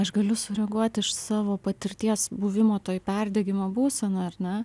aš galiu sureaguot iš savo patirties buvimo toj perdegimo būsenoj ar ne